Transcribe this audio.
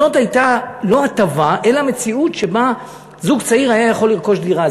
זאת הייתה לא הטבה אלא מציאות שבה זוג צעיר היה יכול לרכוש דירה.